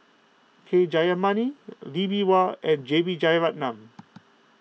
K Jayamani Lee Bee Wah and J B Jeyaretnam